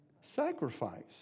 sacrifice